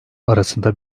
arasında